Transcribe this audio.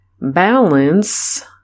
balance